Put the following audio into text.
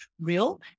real